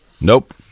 Nope